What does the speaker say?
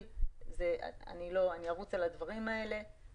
אפשר לשים לב שיש